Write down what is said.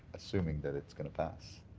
assuming that it's going to pass.